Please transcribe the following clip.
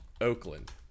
oakland